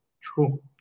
True